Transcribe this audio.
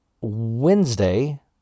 wednesday